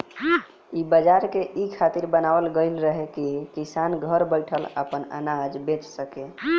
इ बाजार के इ खातिर बनावल गईल रहे की किसान घर बैठल आपन अनाज के बेचा सके